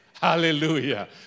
Hallelujah